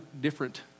different